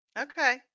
Okay